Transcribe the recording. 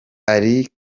ari